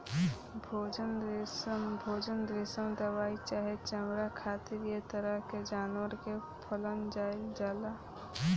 भोजन, रेशा दवाई चाहे चमड़ा खातिर ऐ तरह के जानवर के पालल जाइल जाला